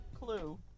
Clue